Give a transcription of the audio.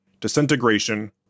disintegration